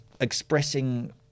Expressing